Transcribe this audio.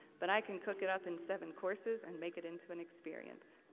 but i can cook it up in seven courses, and make it into an experience.